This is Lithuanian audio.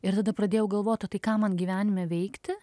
ir tada pradėjau galvot o tai ką man gyvenime veikti